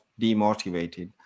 demotivated